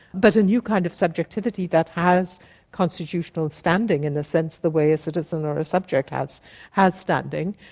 but a new kind of subjectivity that has constitutional standing in a sense the way a citizen or a subject has has standing.